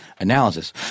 analysis